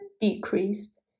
decreased